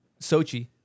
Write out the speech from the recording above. Sochi